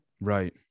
Right